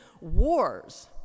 wars